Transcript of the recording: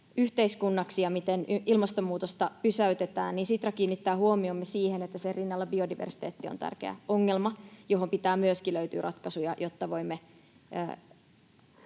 yhteiskunnaksi ja miten ilmastonmuutosta pysäytetään, niin Sitra kiinnittää huomiomme siihen, että sen rinnalla biodiversiteetti on tärkeä ongelma, johon pitää myöskin löytyä ratkaisuja, jotta voimme